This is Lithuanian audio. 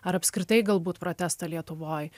ar apskritai galbūt protestą lietuvoj